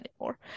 anymore